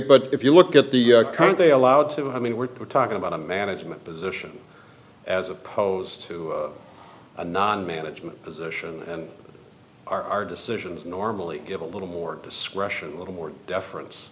but if you look at the current they allowed to have me we're talking about a management position as opposed to a non management position and our decisions normally give a little more discretion a little more deference